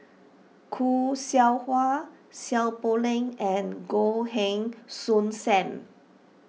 Khoo Seow Hwa Seow Poh Leng and Goh Heng Soon Sam